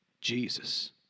Jesus